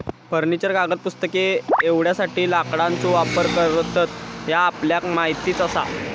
furniture, कागद, पुस्तके एवढ्यासाठी लाकडाचो वापर करतत ह्या आपल्याक माहीतच आसा